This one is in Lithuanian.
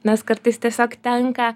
nes kartais tiesiog tenka